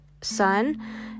son